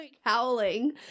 howling